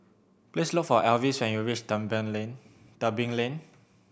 please look for Alvis when you reach Tebing Lane Tebing Lane